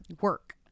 work